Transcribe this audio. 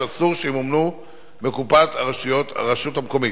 שאסור שימומנו מקופת הרשות המקומית,